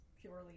purely